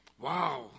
Wow